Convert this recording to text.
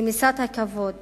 רמיסת כבוד